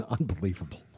unbelievable